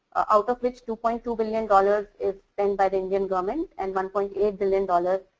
out of which two point two billion dollars is spent by the indian government and one point eight billion dollars.